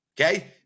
okay